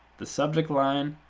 the subject line,